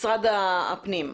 משרד הפנים.